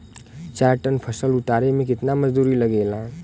चार टन फसल उतारे में कितना मजदूरी लागेला?